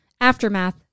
aftermath